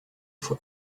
for